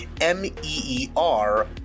M-E-E-R